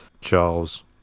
Charles